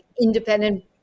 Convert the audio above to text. independent